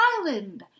Island